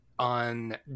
on